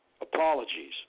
apologies